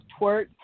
twerk